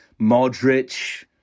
Modric